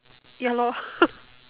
ya lor